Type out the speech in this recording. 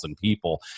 people